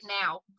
now